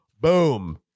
boom